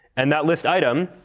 and that list item,